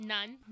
None